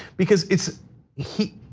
because it's he,